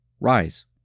rise